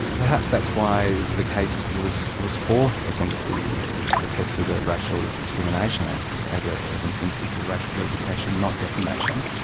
perhaps that's why the case was was fought against the the tests of the racial discrimination act as ah as an instance of racial vilification, not defamation,